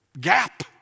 gap